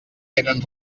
tenen